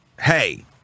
hey